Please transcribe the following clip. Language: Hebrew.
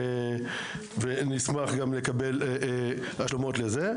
נשמח לקבל השלמות גם לזה.